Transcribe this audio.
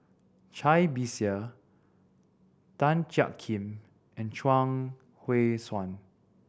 Cai Bixia Tan Jiak Kim and Chuang Hui Tsuan